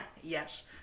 Yes